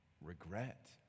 Regret